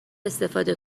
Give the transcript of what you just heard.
استفاده